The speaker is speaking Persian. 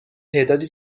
تعدادی